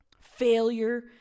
Failure